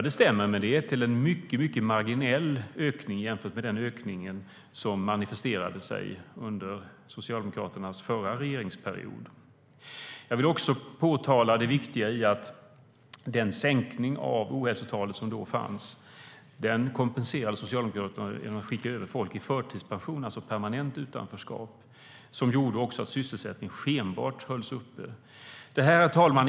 Det stämmer, men det är en mycket marginell ökning jämfört med den ökning som manifesterade sig under Socialdemokraternas förra regeringsperiod. Herr talman!